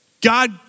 God